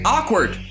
Awkward